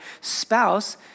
spouse